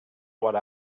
what